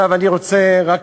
אני רוצה רק